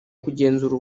kugenzura